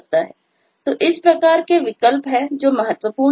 तो इस प्रकार के विकल्प है जो महत्वपूर्ण है